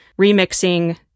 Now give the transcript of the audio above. remixing